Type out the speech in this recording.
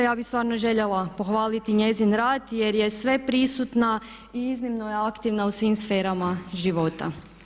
Ja bi stvarno željela pohvaliti njezin rad jer je sve prisutna i iznimno je aktivna u svim sferama života.